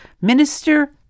Minister